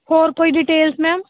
ਹੋਰ ਕੋਈ details ma'am